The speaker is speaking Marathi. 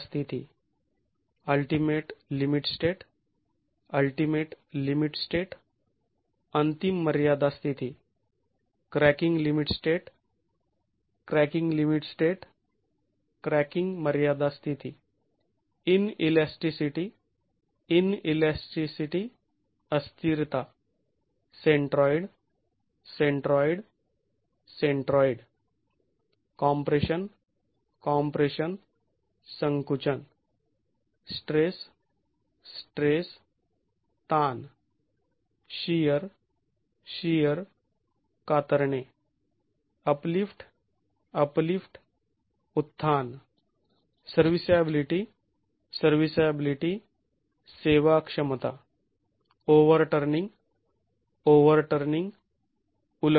तर आम्ही प्रथम यंत्रणा तपासली आहे आणि आपल्याकडे आणखी दोन यंत्रणा तपासण्यासाठी आहेत ज्या आपण पुढच्या वर्गात करणार आहोत